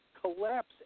collapse